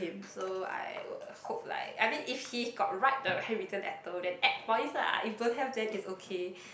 so I would hope like I mean if he got write the handwritten letter then add points lah if don't have then it's okay